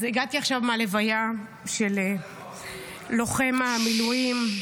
אז הגעתי עכשיו מהלוויה של לוחם המילואים,